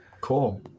cool